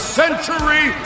century